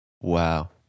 Wow